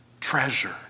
treasure